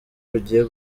bugiye